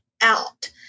out